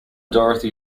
dorothy